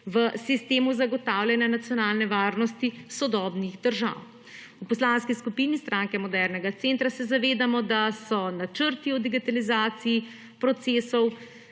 v sistemu zagotavljanja nacionalne varnosti sodobnih držav. V Poslanski skupini Stranke modernega centra se zavedamo, da so načrti o digitalizaciji procesov